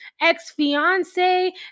ex-fiance